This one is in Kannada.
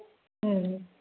ಹ್ಞೂ